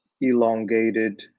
Elongated